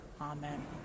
Amen